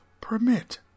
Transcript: permit